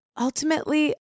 ultimately